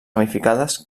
ramificades